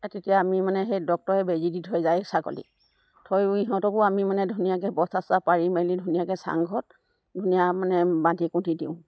এই তেতিয়া আমি মানে সেই ডক্তৰে বেজী দি থৈ যায় ছাগলীক থৈ কৰি সিহঁতকো আমি মানে ধুনীয়াকৈ বস্তা চস্তা পাৰি মেলি ধুনীয়াকৈ চাংঘৰত ধুনীয়া মানে বান্ধি কুন্ধি দিওঁ